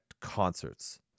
concerts